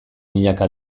milaka